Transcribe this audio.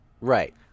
Right